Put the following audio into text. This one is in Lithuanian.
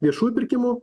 viešųjų pirkimų